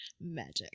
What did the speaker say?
magic